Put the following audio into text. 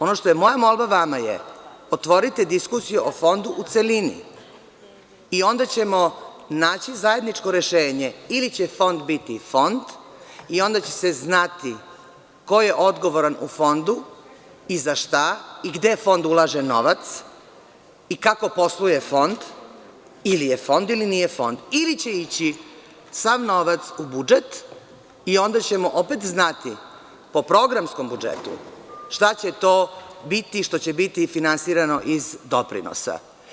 Ono što je moja molba vama je – otvorite diskusiju o Fondu u celini i onda ćemo naći zajedničko rešenje ili će Fond biti Fond, pa će se onda znati ko je odgovoran u Fondu, za šta i gde Fond ulaže novac, kako posluje Fond, ili je Fond ili nije Fond, ili će ići sav novac u budžet i onda ćemo opet znati po programskom budžetu šta će to biti što će biti finansirano iz doprinosa.